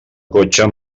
cotxe